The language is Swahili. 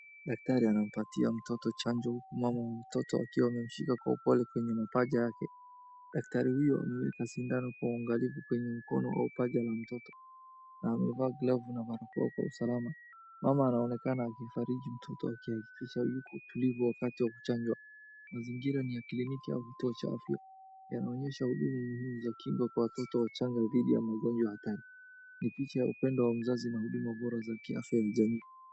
Daktari anampatia mtoto chanjo mama mtoto akiwa amemshika kwa upole kwenye mapaja yake. Daktari huyo ameweka sindano kwa uwangalifu kwenye mkono au paja la mtoto na amevaa glavu na barakoa kwa usalama. Mama anaonekana akimfariji mtoto au akihakikisha yuko tulivu wakati wa kuchanjwa, mazingira ni ya kliniki au kituo cha afya yanaonyesha huduma muhimu za kinga kwa watoto wachanga dhidi ya magonjwa hatari. Ni picha ya upendo wa mzazi na huduma bora za kiafya ya jamii.